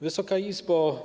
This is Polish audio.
Wysoka Izbo!